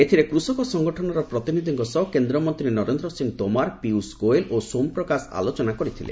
ଏଥିରେ କୃଷକ ସଙ୍ଗଠନର ପ୍ରତିନିଧିଙ୍କ ସହ କେନ୍ଦ୍ରମନ୍ତ୍ରୀ ନରେନ୍ଦ୍ର ସିଂହ ତୋମାର ପୀୟୁଷ ଗୋଏଲ ଓ ସୋମପ୍ରକାଶ ଆଲୋଚନା କରିଥିଲେ